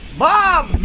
Mom